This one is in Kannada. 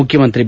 ಮುಖ್ಯಮಂತ್ರಿ ಬಿ